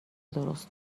درست